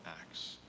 Acts